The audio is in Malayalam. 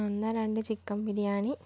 എന്നാ രണ്ട് ചിക്കൻ ബിരിയാണി